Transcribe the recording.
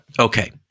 Okay